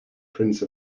prince